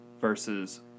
versus